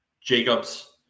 Jacobs